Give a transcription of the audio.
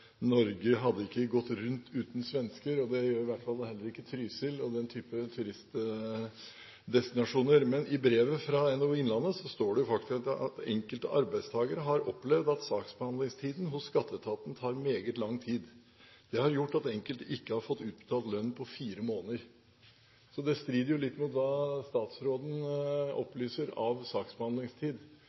Norge hadde ikke gått rundt uten svensker. Det gjør i hvert fall heller ikke Trysil og den type turistdestinasjoner. I brevet fra NHO Innlandet står det faktisk at enkelte arbeidstakere har opplevd at saksbehandlingstiden hos Skatteetaten tar meget lang tid. Det har gjort at enkelte ikke har fått utbetalt lønn på fire måneder. Det strider jo litt med det statsråden opplyser